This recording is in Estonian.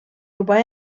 juba